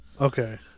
Okay